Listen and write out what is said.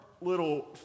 little